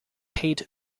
paid